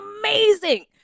amazing